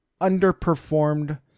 underperformed